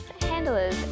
handlers